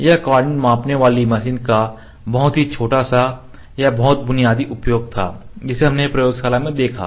यह कोऑर्डिनेट मापने वाली मशीन का बहुत ही छोटा सा या बहुत बुनियादी उपयोग था जिसे हमने प्रयोगशाला में देखा था